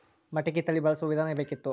ಮಟಕಿ ತಳಿ ಬಳಸುವ ವಿಧಾನ ಬೇಕಿತ್ತು?